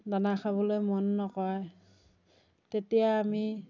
দানা খাবলৈ মন নকৰে তেতিয়া আমি